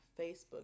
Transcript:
Facebook